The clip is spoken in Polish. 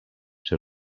czy